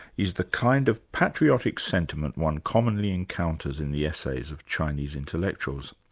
is the kind of patriotic sentiment one commonly encounters in the essays of chinese intellectuals'.